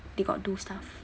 they got do stuff